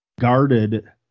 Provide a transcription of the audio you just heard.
guarded